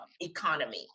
economy